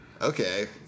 Okay